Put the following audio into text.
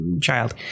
child